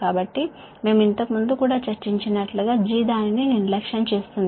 కాబట్టి మనము ఇంతకుముందు కూడా చర్చించినట్లుగా G దానిని నిర్లక్ష్యం చేస్తుంది